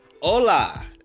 hola